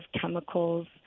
chemicals